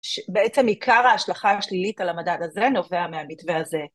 בעצם עיקר ההשלכה השלילית על המדד הזה נובע מהמתווה הזה.